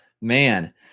man